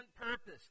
purpose